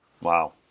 Wow